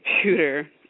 computer